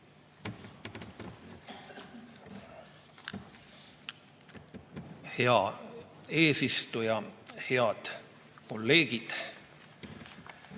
Hea eesistuja! Head kolleegid!